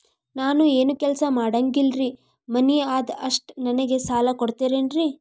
ನಾನು ಏನು ಕೆಲಸ ಮಾಡಂಗಿಲ್ರಿ ಮನಿ ಅದ ಅಷ್ಟ ನನಗೆ ಸಾಲ ಕೊಡ್ತಿರೇನ್ರಿ?